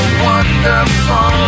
wonderful